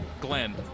Glenn